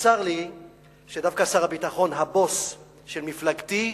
צר לי שדווקא שר הביטחון, הבוס של מפלגתי,